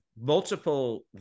multiple